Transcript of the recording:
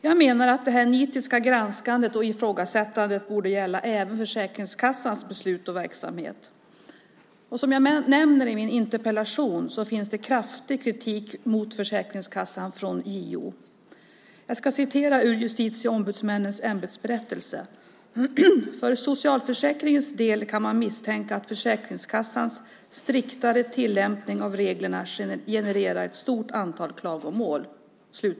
Jag menar att det här nitiska granskandet och ifrågasättandet borde gälla även Försäkringskassans beslut och verksamhet. Som jag nämner i min interpellation finns det kraftig kritik mot Försäkringskassan från JO. Jag ska citera ur Justitieombudsmännens ämbetsberättelse: "För socialförsäkringens del kan man misstänka att Försäkringskassans striktare tillämpning av reglerna genererar ett stort antal klagomål."